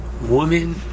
woman